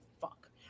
fuck